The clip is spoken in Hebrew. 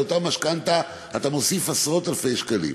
על אותה משכנתה אתה מוסיף עשרות-אלפי שקלים.